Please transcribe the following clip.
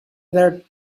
third